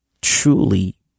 truly